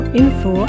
info